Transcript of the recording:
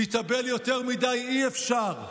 להתאבל יותר מדי אי-אפשר,